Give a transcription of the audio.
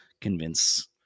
convince